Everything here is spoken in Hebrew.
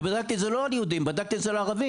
ובדקתי את זה לא על יהודים אלא על ערבים.